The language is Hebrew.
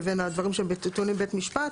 לבין הדברים שהם טעונים בית משפט.